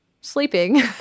sleeping